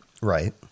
Right